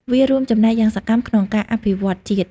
វារួមចំណែកយ៉ាងសកម្មក្នុងការអភិវឌ្ឍជាតិ។